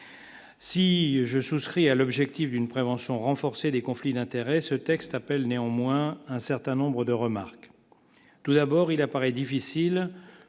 Si je souscris à l'objectif d'une prévention renforcée des conflits d'intérêts, ce texte appelle néanmoins un certain nombre de remarques tout d'abord, il apparaît difficile